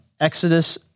Exodus